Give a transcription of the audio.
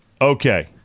okay